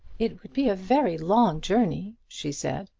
it would be a very long journey, she said.